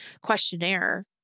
questionnaire